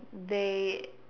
they